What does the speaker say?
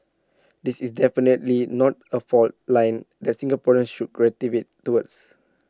this is definitely not A fault line that Singaporeans should gravitate towards